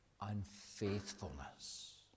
unfaithfulness